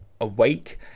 awake